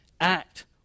Act